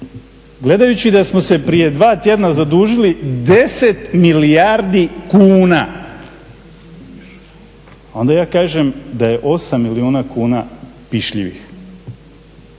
Gledajući da smo se prije dva tjedna zadužili 10 milijardi kuna onda ja kažem da je 8 milijuna kuna pišljivih.